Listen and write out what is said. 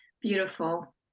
beautiful